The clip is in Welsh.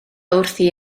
wrthi